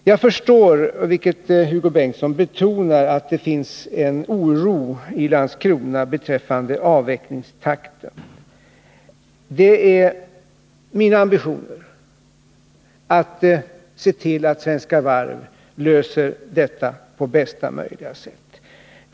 Jag förstår, vilket Hugo Bengtsson betonar, att det finns en oro i Landskrona beträffande avvecklingstakten. Det är min ambition att se till att Svenska Varv löser detta på bästa möjliga sätt.